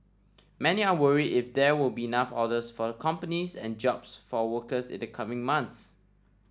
many are worry if there will be enough orders for the companies and jobs for workers in the coming months